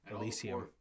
elysium